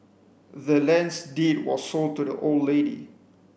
the land's deed was sold to the old lady